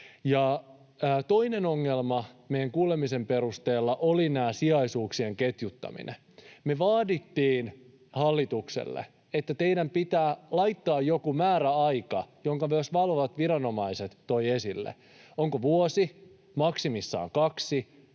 Toinen ongelma meidän kuulemisen perusteella oli tämä sijaisuuksien ketjuttaminen. Me vaadittiin hallitukselta, että teidän pitää laittaa joku määräaika, minkä myös valvovat viranomaiset toivat esille — onko vuosi, maksimissaan kaksi,